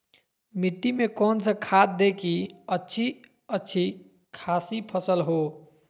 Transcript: मिट्टी में कौन सा खाद दे की अच्छी अच्छी खासी फसल हो?